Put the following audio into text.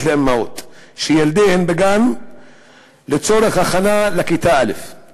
לאימהות שילדיהן בגן לצורך הכנה לכיתה א';